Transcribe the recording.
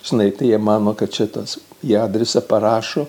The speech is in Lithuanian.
žinai tai jie mano kad čia tas jie adresą parašo